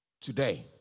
today